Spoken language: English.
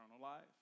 life